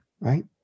right